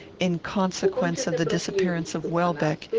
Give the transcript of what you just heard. in consequence of the disappearance of welbeck,